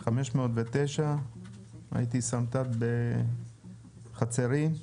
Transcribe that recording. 509. הייתי -- -בחצרים,